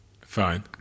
Fine